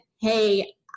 hey